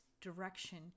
direction